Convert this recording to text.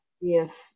if-